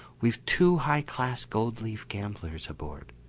we've two high class gold leaf gamblers aboard.